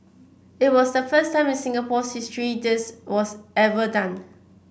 it was the first time in Singapore's history this was ever done